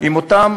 עם אותם